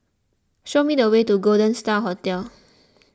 show me the way to Golden Star Hotel